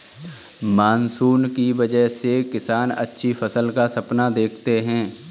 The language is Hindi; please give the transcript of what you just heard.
मानसून की वजह से किसान अच्छी फसल का सपना देखते हैं